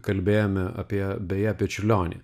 kalbėjome apie beje apie čiurlionį